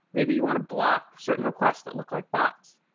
maybe you want to block certain requests that look like bots.